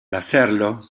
hacerlo